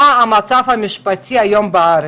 כלומר מה המצב המשפטי היום בארץ.